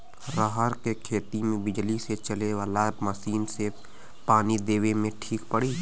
रहर के खेती मे बिजली से चले वाला मसीन से पानी देवे मे ठीक पड़ी?